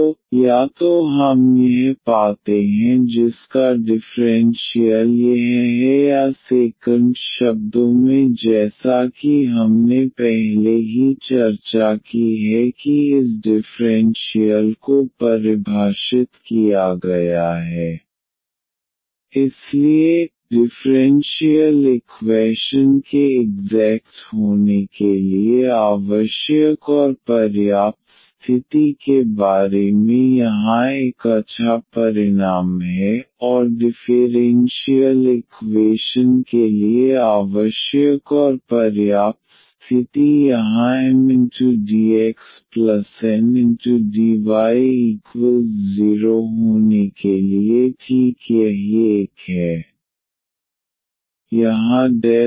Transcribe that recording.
तो या तो हम यह पाते हैं जिसका डिफ़्रेंशियल यह है या सेकंड शब्दों में जैसा कि हमने पहले ही चर्चा की है कि इस डिफ़्रेंशियल को परिभाषित किया गया है ∂f∂xdx∂f∂ydyMdxNdy इसलिए डिफ़्रेंशियल इक्वैशन के इग्ज़ैक्ट होने के लिए आवश्यक और पर्याप्त स्थिति के बारे में यहाँ एक अच्छा परिणाम है और डिफ़ेरेन्शियल इक्वेशन के लिए आवश्यक और पर्याप्त स्थिति यहाँ Mdx Ndy 0 होने के लिए ठीक यही एक है यहाँ ∂M∂y∂N∂x